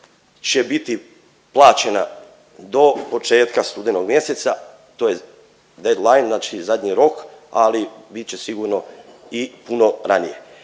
će biti plaćena do početka studenog mjeseca tj. dead line znači zadnji rok, ali bit će sigurno i puno ranije.